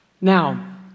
Now